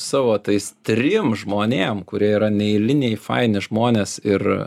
savo tais trim žmonėm kurie yra neeiliniai faini žmonės ir